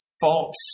false